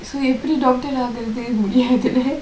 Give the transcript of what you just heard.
so எப்படி:epdi doctor ஆகுரது முடியாதுல:aagurathu mudiyathula